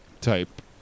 type